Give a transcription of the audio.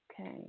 Okay